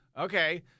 Okay